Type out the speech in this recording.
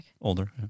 Older